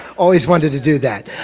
always wanted to do that.